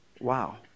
Wow